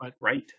right